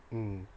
mm